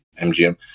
mgm